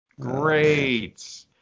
Great